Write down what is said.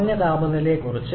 കുറഞ്ഞ താപനിലയെക്കുറിച്ച്